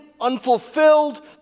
unfulfilled